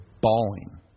bawling